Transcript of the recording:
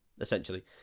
essentially